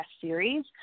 series